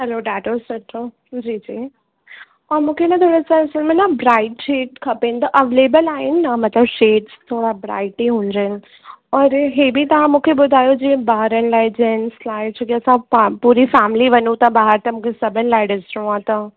हलो ॾाढो सुठो जी जी ऐं मूंखे न थोरो सो असुल में न ब्राइट शेड खपेन त अवेलेबल आइन न मतलब शेड्स थोड़ा ब्राइट ई हुजनि और इहे बि तव्हां मूंखे ॿुधायो जीअं ॿारनि लाइ जेंट्स लाइ छो जो असां प पूरी फेमिली वञूं था ॿाहिरि त मूंखे सभिनि लाइ ॾिसिणो आहे त